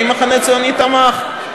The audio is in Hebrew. האם המחנה הציוני תמך.